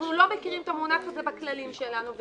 אנחנו לא מכירים את המונח הזה בכללים שלנו.